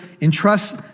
entrust